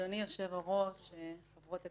אדוני היושב-ראש, חברות הכנסת,